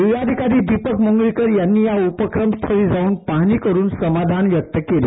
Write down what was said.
जिल्हाधिकारी दिपक म्ंगळे यांनी या उपक्रम स्थळी जाऊन पाहणी करून समाधान व्यक्त केले